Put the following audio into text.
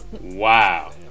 Wow